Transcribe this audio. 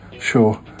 sure